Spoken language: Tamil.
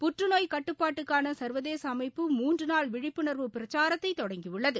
புற்றுநோய் கட்டுப்பாட்டுக்கான சர்வதேச அமைப்பு மூன்று நாள் விழிப்புணர்வு பிரச்சாரத்தை தொடங்கியுள்ளது